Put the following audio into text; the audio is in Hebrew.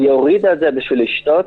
היא הורידה אותה בשביל לשתות,